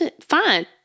fine